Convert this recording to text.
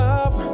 up